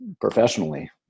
professionally